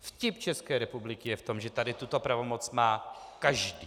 Vtip České republiky je v tom, že tady tuto pravomoc má každý.